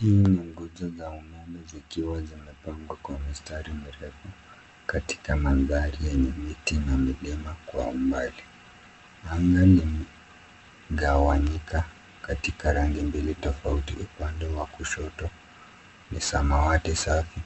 Hii ni nguzo za umeme zikiwa zimepangwa kwa mstari mrefu katika mandhari yenye miti na milima kwa umbali. Anga limegawanyika katika rangi mbili tofauti upande wa kushoto ni samawati safi